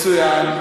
מצוין.